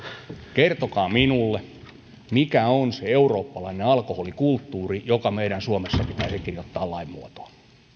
kertokaa minulle mikä on se eurooppalainen alkoholikulttuuri joka meidän suomessa pitäisi kirjoittaa lain muotoon